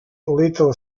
little